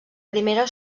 primera